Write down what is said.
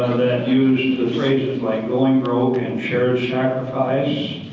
used the phrases like going broke and shared sacrifice,